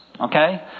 Okay